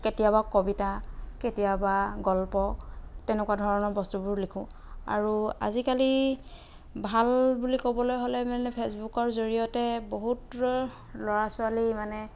কেতিয়াবা কবিতা কেতিয়াবা গল্প তেনেকুৱা ধৰণৰ বস্তুবোৰ লিখোঁ আৰু আজিকালি ভাল বুলি ক'বলৈ হ'লে মানে ফেচবুকৰ জৰিয়তে বহুতৰ ল'ৰা ছোৱালী মানে